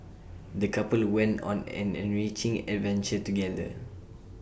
the couple went on an enriching adventure together